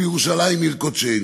בירושלים עיר קודשנו.